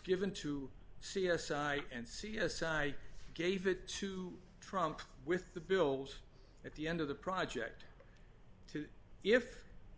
given to c s i and c s i i gave it to trump with the bills at the end of the project too if